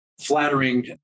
flattering